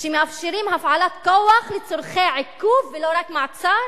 שמאפשרות הפעלת כוח לצורכי עיכוב ולא רק מעצר,